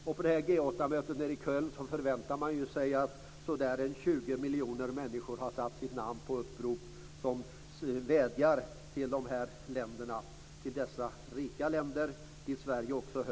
Och på G8-mötet nere i Köln förväntar man ju sig att ca 20 miljoner människor har satt sina namn på upprop som vädjar till dessa rika länder, dit också Sverige hör.